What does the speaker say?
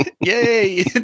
Yay